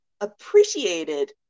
appreciated